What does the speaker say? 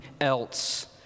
else